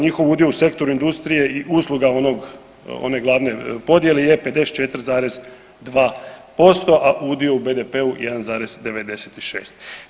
Njihov udio u sektoru industrije i usluga onog, one glavne podjele je 54,2%, a udio u BDP-u 1,96.